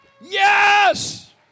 Yes